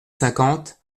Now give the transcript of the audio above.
cinquante